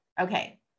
okay